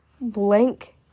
blank